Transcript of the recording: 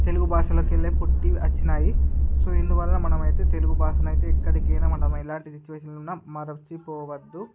తెలుగు భాషలోకెళ్ళే పుట్టి వచ్చినాయి సో ఇందువల్ల మనమైతే తెలుగు భాషనైతే ఇక్కడికైనా మనం ఎలాంటి సిచ్యుయేషన్ లో ఉన్న మరచిపోవద్దు